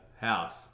house